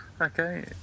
okay